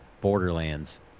Borderlands